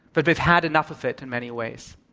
but they've had enough of it, in many ways.